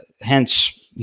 hence